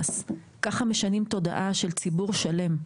ככה משנים תודעה של ציבור שלם.